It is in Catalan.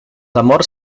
amors